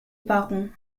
baron